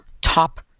top